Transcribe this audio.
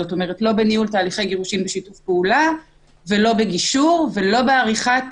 כלומר לא בניהול תהליכי גירושין בשיתוף פעולה ולא בגישור ולא בעריכת